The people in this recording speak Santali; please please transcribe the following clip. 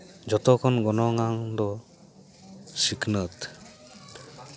ᱡᱚᱛᱚ ᱠᱷᱚᱱ ᱜᱚᱱᱚᱝ ᱟᱱ ᱫᱚ ᱥᱤᱠᱷᱱᱟᱹᱛ